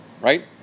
Right